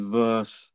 verse